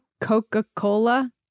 Coca-Cola